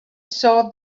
saw